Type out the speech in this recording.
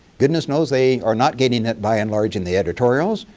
goodness knows they are not getting it by and large in the editorials.